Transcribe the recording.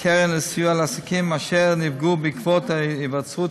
קרן לסיוע לעסקים אשר נפגעו בעקבות היווצרות